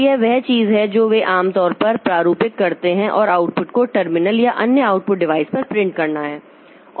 तो यह वह चीज है जो वे आम तौर पर यह प्रारूपित करते हैं और आउटपुट को टर्मिनल या अन्य आउटपुट डिवाइस पर प्रिंट करना है